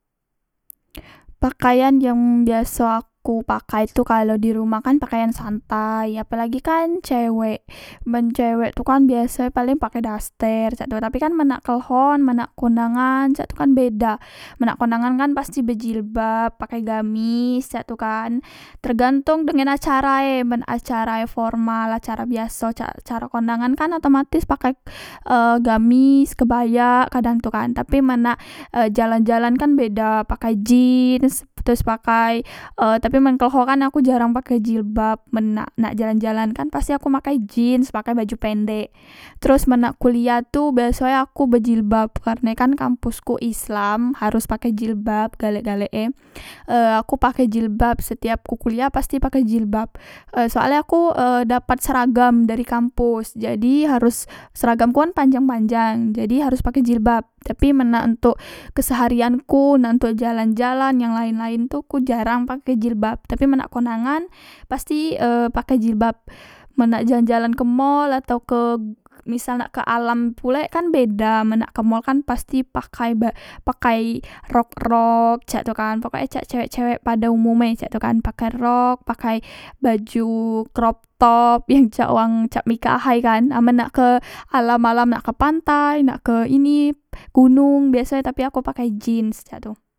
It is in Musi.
Pakaian yang biaso aku pakai tu kalo dirumah kan pakaian santai ape lagi kan cewek men cewek tu kan biasoe paleng pake daster cak tu tapi kan men nak kleho men nak kondangan cak tu kan beda men nak kondangan kan pasti bejilbabpakai gamis cak tu kan tergantong dengan acara e men acarae formal acara biaso cak acara kondangan kan otomatis pakai eh gamis kebayak kadang tu kan tapi men nak jalan jalan kan beda pakai jeans teros pakai e tapi men kleho kan aku jarang pakai jilbab men nak nak jalan jalan kan aku pakai jeans pakai baju pendek teros men nak kuliah tu biaso e aku berjilbab karne kan kampusku islam harus pakek jilbab galek galek e aku pakai jilbab setiap ku kuliah pasti pakai jilbab e soale aku e edapat seragam dari kampus jadi harus seragamku kan panjang panjangkan jadi harus pake jilbab tapi men nak ontok keseharian ku na ontok jalan jalan yang laen tu ku jarang pakai jilbab tapi men nak kondangan pasti e pakai jilbab men nak jalan jalan ke mall atau ke misal nak ke alam pulek kan beda men nak ke mall kan pasti pakai ba pakai rok rok cak itu kan pokok e cewek cewek pada umum e cak tu kan pakai rok pakai baju crop top yang cak wang cak mikak ahay kan amen nak ke alam alam nak ke pantai nak ke ini gunung aku pakai jeans cak itu